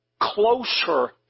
closer